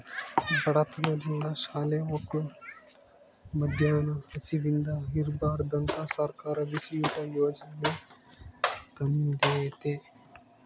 ಬಡತನದಿಂದ ಶಾಲೆ ಮಕ್ಳು ಮದ್ಯಾನ ಹಸಿವಿಂದ ಇರ್ಬಾರ್ದಂತ ಸರ್ಕಾರ ಬಿಸಿಯೂಟ ಯಾಜನೆ ತಂದೇತಿ